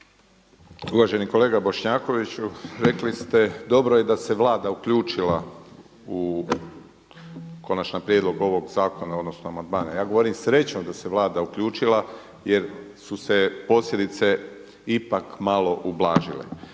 Uvaženi kolega Bošnjakoviću, rekli ste dobro je da se Vlada uključila u konačan prijedlog ovog zakona, odnosno amandmane, ja govorim srećom da se Vlada uključila jer su se posljedice ipak malo ublažile.